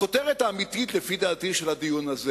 הכותרת האמיתית, לפי דעתי, של הדיון הזה